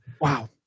Wow